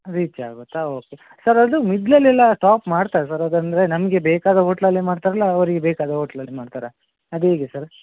reach ಆಗುತ್ತಾ okay sir ಅದು ಮಿಡ್ಲಲ್ ಎಲ್ಲಾ ಸ್ಟಾಪ್ ಮಾಡ್ತಾರಾ ಸರ್ ಅದಂದರೆ ನಮಗೆ ಬೇಕಾದ ಓಟ್ಲಲ್ಲಿ ಮಾಡ್ತಾರಲ್ಲಾ ಅವರಿಗೆ ಬೇಕಾದ ಓಟ್ಲಲ್ಲಿ ಮಾಡ್ತಾರಾ ಅದು ಹೇಗೆ ಸರ್